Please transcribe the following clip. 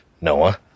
Noah